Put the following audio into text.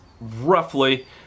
roughly